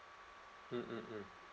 mm mm mm